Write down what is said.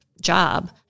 job